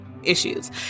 Issues